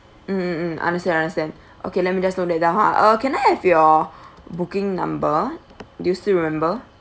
mm mm mm understand understand okay let me just note that down ha uh can I have your booking number do you still remember